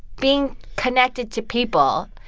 being connected to people,